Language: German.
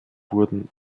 wurden